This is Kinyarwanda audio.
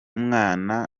mwana